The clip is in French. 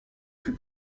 fut